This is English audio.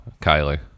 kylie